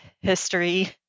history